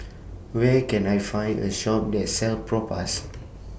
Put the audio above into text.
Where Can I Find A Shop that sells Propass